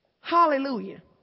Hallelujah